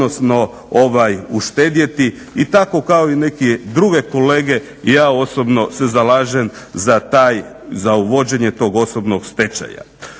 odnosno uštedjeti i tako kao i neke druge kolege ja osobno se zalažem za uvođenje tog osobnog stečaja.